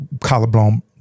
collarbone